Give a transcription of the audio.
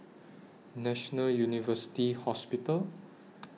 National University Hospital